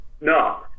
No